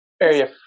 Area